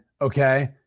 okay